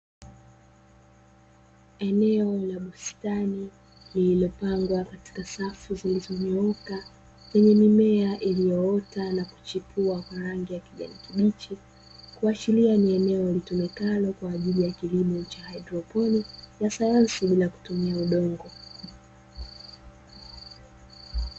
Eneo la bustani lililopangwa katika safu zilizonyooka lenye mimea iliyoota na kuchipua kwa rangi ya kijani kibichi, kuashiria ni eneo litumikalo kwa ajili ya kilimo cha haidroponi ya sayansi bila kutumia udongo.